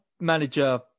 manager